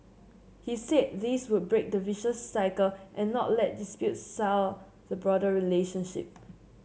he said this would break the vicious cycle and not let disputes sour the broader relationship